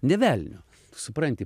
nė velnio supranti